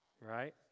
right